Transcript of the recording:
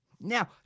now